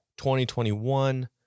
2021